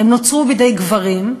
הן נוצרו בידי גברים,